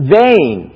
vain